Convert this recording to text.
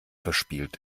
verspielt